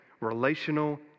relational